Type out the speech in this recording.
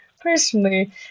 personally